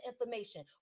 information